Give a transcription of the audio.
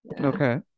okay